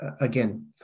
again